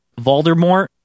Voldemort